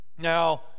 Now